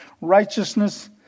righteousness